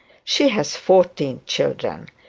she has fourteen children.